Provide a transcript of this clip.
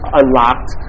unlocked